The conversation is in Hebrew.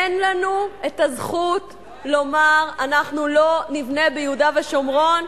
אין לנו זכות לומר: אנחנו לא נבנה ביהודה ושומרון,